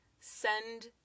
Send